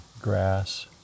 grass